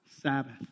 Sabbath